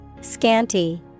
Scanty